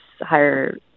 higher